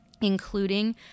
including